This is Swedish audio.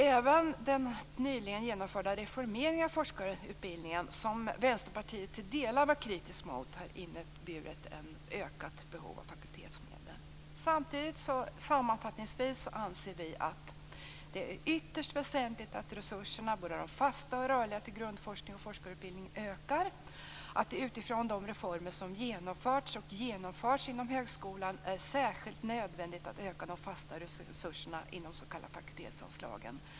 Även den nyligen genomförda reformeringen av forskarutbildningen, som Vänsterpartiet till delar var kritisk mot, har inneburit ett ökat behov av fakultetsmedlen. Det är ytterst väsentligt att resurserna, både fasta och rörliga, till grundforskning och forskarutbildning ökar. Det är med utgångspunkt i de reformer som genomförts och genomförs inom högskolan särskilt nödvändigt att öka de fasta resurserna inom de s.k. fakultetsanslagen.